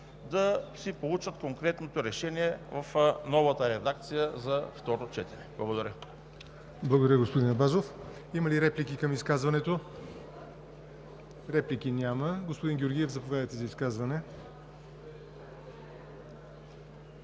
да си получат конкретното решение в новата редакция за второ четене. Благодаря. ПРЕДСЕДАТЕЛ ЯВОР НОТЕВ: Благодаря, господин Абазов. Има ли реплики към изказването? Реплики няма. Господин Георгиев, заповядайте за изказване.